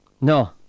No